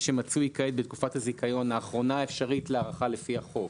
שמצוי כעת בתקופת הזיכיון האחרונה האפשרית להארכה לפי החוק.